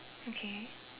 okay